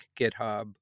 GitHub